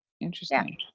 interesting